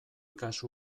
kasu